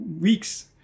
weeks